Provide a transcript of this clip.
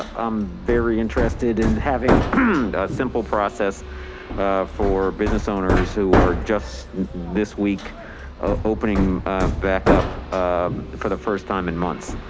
i'm very interested in having a simple process for business owners who are just this week opening back up um for the first time in months.